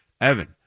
Evan